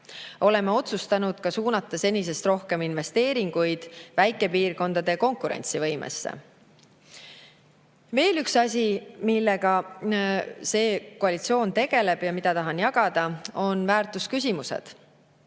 Oleme otsustanud suunata senisest rohkem investeeringuid väikepiirkondade konkurentsivõimesse. Veel üks asi, millega see koalitsioon tegeleb ja mida tahan jagada, on väärtusküsimused.